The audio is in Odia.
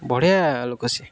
ବଢ଼ିଆ ଲୋକ ସେ